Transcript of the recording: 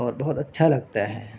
اور بہت اچھا لگتا ہے